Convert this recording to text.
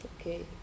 Okay